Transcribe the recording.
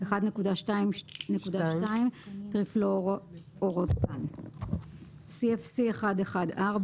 1.2.2 טריפלואורואתן; - CFC-114